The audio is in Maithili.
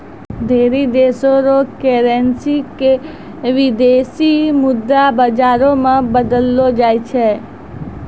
ढेरी देशो र करेन्सी क विदेशी मुद्रा बाजारो मे बदललो जाय छै